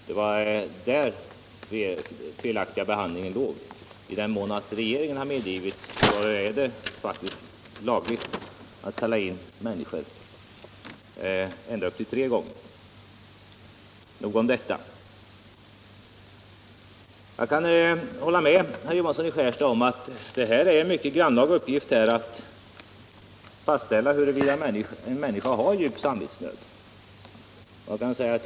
Det var på den punkten behandlingen var felaktig. Om regeringen har medgivit det är det faktiskt lagligt att kalla in vägrare ända upp till tre gånger. — Nog om detta. Jag kan hålla med herr Johansson i Skärstad om att det är en mycket grannlaga uppgift att fastställa huruvida en människa har djup samvetsnöd eller inte.